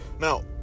Now